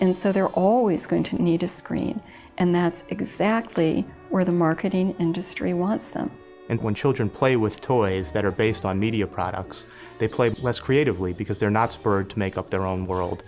and so they're always going to need a screen and that's exactly where the marketing industry wants them and when children play with toys that are based on media products they play less creatively because they're not spurred to make up their own world